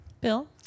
Bill